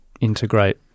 integrate